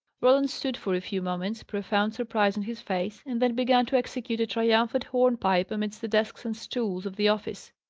roland stood for a few moments, profound surprise on his face, and then began to execute a triumphant hornpipe amidst the desks and stools of the office.